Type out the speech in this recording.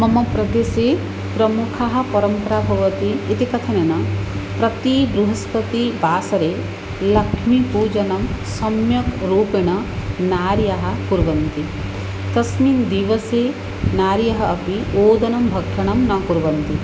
मम प्रदेशे प्रमुखा परम्परा भवति इति कथनेन प्रति बृहस्पतिवासरे लक्ष्मीपूजनं सम्यक् रूपेण नार्यः कुर्वन्ति तस्मिन् दिवसे नार्यः अपि ओदनभक्षणं न कुर्वन्ति